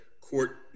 court